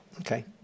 Okay